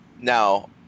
Now